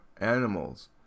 animals